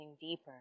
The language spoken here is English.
deeper